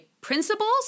principles